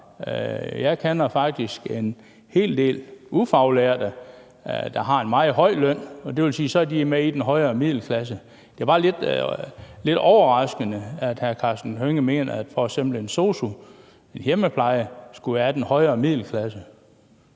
Jeg kender faktisk en hel del ufaglærte, der har en meget høj løn, og det vil sige, at så er de jo med i den højere middelklasse. Det er bare lidt overraskende, at hr. Karsten Hønge mener, at f.eks. en sosu-assistent i hjemmeplejen skulle være den højere middelklasse.